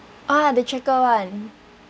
ah the checkered [one]